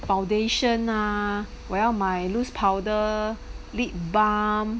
foundation ah 我要买 loose powder lip balm